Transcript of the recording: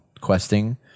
questing